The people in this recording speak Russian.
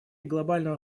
глобального